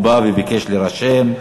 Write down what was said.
הוא בא וביקש להירשם.